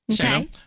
Okay